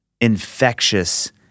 infectious